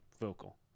vocal